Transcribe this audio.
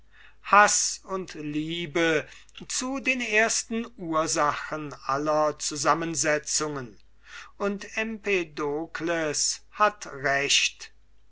haß und liebe zu den ersten ursachen aller zusammensetzungen und empedokles hat recht